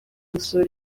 gusura